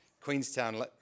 Queenstown